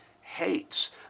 hates